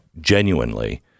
genuinely